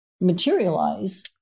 materialize